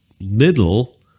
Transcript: little